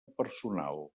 personal